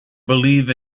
believe